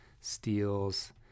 steals